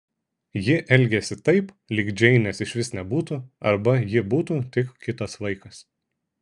ji elgėsi taip lyg džeinės išvis nebūtų arba ji būtų tik kitas vaikas